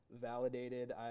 validated